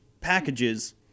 packages